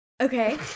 okay